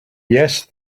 yes